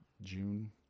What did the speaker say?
June